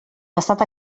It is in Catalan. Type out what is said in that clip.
passat